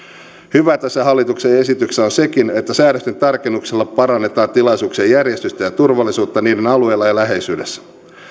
hyvää tässä hallituksen esityksessä on sekin että säädösten tarkennuksilla parannetaan tilaisuuksien järjestystä ja turvallisuutta niiden alueilla ja läheisyydessä